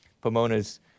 Pomona's